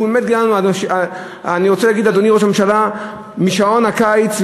אני רוצה לומר לאדוני ראש הממשלה: בשעון הקיץ,